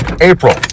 April